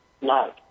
love